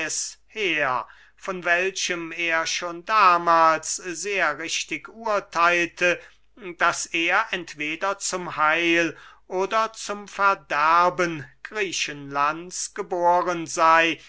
von welchem er schon damahls sehr richtig urtheilte daß er entweder zum heil oder zum verderben griechenlands geboren sey